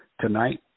Tonight